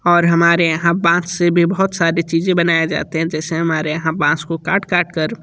और हमारे यहाँ बाँस से भी बहुत सारे चीज़ें बनाए जाते है जैसे हमारे यहाँ बाँस को काट काट कर